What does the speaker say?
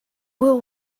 will